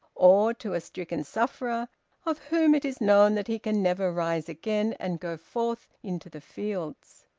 or to a stricken sufferer of whom it is known that he can never rise again and go forth into the fields.